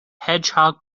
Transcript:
hedgehog